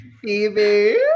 Phoebe